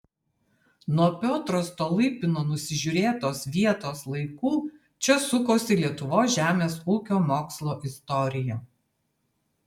nuo piotro stolypino nusižiūrėtos vietos laikų čia sukosi lietuvos žemės ūkio mokslo istorija